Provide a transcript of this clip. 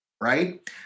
right